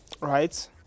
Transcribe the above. right